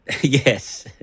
Yes